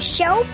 Show